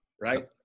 Right